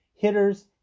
Hitters